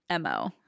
mo